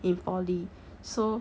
in poly